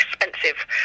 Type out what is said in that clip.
expensive